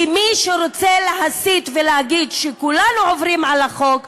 כי מי שרוצה להסית ולהגיד שכולנו עוברים על החוק,